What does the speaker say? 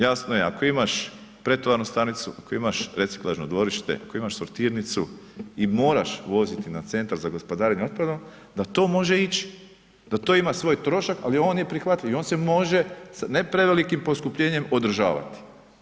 Jasno je ako ima pretovarnu stanicu, ako imaš reciklažno dvorište, ako imaš sortirnicu i moraš voziti na centar za gospodarenje otpadom da može ići, da to ima svoj trošak, ali on je neprihvatljiv i on se može s ne prevelikim poskupljenjem održavati.